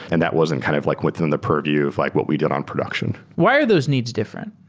and that wasn't kind of like within the purview of like what we did on production why are those needs different?